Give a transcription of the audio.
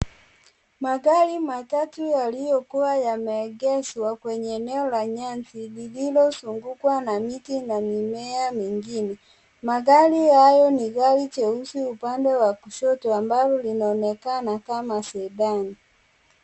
Magari matatu yaliyokua yameegeshwa kwenye eneo la nyasi lililozungukwa na miti na mimea mengine, magari hayo ni gari cheusi upande wa kushoto ambalo linaonekana kama Sedan.